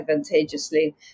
advantageously